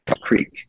Creek